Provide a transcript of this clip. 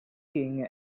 king